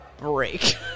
break